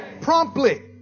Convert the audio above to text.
Promptly